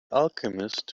alchemist